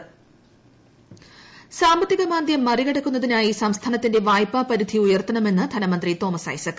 Thomas Isaac സാമ്പത്തിക മാന്ദ്യം മറികടക്കുന്നതിനായി സംസ്ഥാനത്തിന്റെ വായ്പാ പരിധിയുയർത്തണമെന്ന് ധനമന്ത്രി തോമസ് ഐസക്